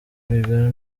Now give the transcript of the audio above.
rwigara